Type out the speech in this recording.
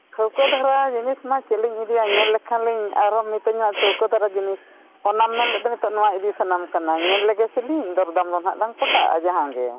ᱴᱷᱟᱹᱣᱠᱟ ᱫᱷᱟᱨᱟ ᱡᱤᱱᱤᱥᱢᱟ ᱪᱮᱫ ᱞᱤᱧ ᱤᱫᱤᱭᱟ ᱧᱮᱞ ᱞᱮᱠᱷᱟᱱ ᱞᱤᱧ ᱟᱨ ᱢᱤᱛᱟᱧᱟ ᱴᱷᱟᱹᱣᱠᱟ ᱫᱷᱟᱨᱟ ᱡᱤᱱᱤᱥ ᱚᱱᱟᱢ ᱢᱮᱱ ᱞᱮᱫᱚ ᱱᱤᱛᱚᱜ ᱱᱚᱣᱟ ᱤᱫᱤ ᱥᱟᱱᱟᱢ ᱠᱟᱱᱟ ᱧᱮᱞ ᱞᱮᱜᱮ ᱥᱮᱞᱤᱧ ᱫᱚᱨᱫᱟᱢ ᱫᱚ ᱱᱟᱦᱟᱜ ᱯᱚᱴᱟᱜᱼᱟ ᱡᱟᱦᱟᱸ ᱜᱮ